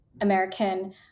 American